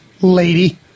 Lady